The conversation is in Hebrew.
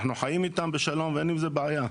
אנחנו חיים איתם בשלום ואין איתם בעיה,